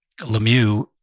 Lemieux